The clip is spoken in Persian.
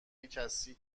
کسی